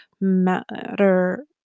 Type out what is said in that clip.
matter